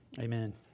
amen